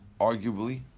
arguably